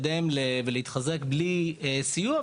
להתקדם ולהתחזק מבלי סיוע.